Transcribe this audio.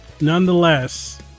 nonetheless